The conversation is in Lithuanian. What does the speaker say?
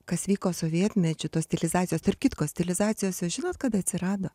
kas vyko sovietmečiu tos stilizacijos tarp kitko stilizacijos jos žinot kada atsirado